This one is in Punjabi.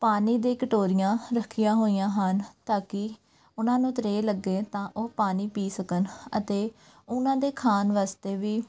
ਪਾਣੀ ਦੇ ਕਟੋਰੀਆਂ ਰੱਖੀਆਂ ਹੋਈਆਂ ਹਨ ਤਾਂ ਕਿ ਉਹਨਾਂ ਨੂੰ ਤਰੇਹ ਲੱਗੇ ਤਾਂ ਉਹ ਪਾਣੀ ਪੀ ਸਕਣ ਅਤੇ ਉਹਨਾਂ ਦੇ ਖਾਣ ਵਾਸਤੇ ਵੀ